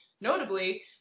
notably